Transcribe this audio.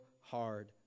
hard